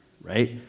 right